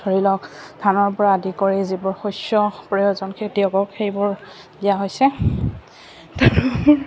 ধৰি লওক ধানৰপৰা আদি কৰি যিবোৰ শস্য প্ৰয়োজন খেতিয়কক সেইবোৰ দিয়া হৈছে